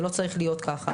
זה לא צריך להיות כך.